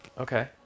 okay